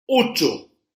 ocho